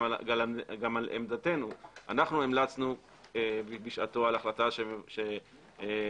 גם על עמדתנו - אנו המלצנו בשעתו על החלטה שמונעת